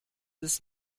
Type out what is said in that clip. des